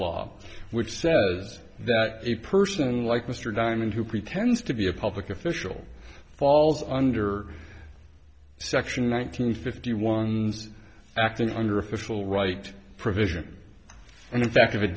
law which says that a person like mr diamond who pretends to be a public official falls under section one hundred fifty one's acting under official right provision and in fact if it